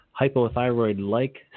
hypothyroid-like